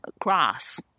grass